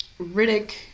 Riddick